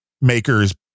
makers